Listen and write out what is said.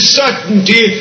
certainty